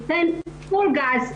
ניתן פול גז,